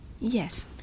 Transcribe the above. Yes